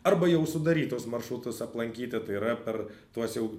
arba jau sudarytus maršrutus aplankyti tai yra per tuos jau